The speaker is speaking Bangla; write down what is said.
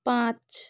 পাঁচ